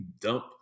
dump